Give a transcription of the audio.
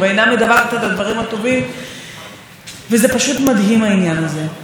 היום הודיעו רשת וערוץ 10 שהם לא יוכלו להתמזג.